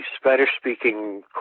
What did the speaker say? Spanish-speaking